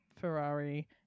Ferrari